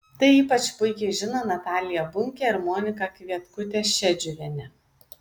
tai ypač puikiai žino natalija bunkė ir monika kvietkutė šedžiuvienė